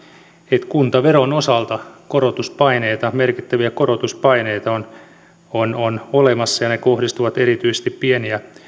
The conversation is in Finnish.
että kuntaveron osalta korotuspaineita merkittäviä korotuspaineita on on olemassa ja ne kohdistuvat erityisesti pieni ja